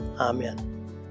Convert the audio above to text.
amen